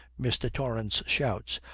mr. torrance shouts.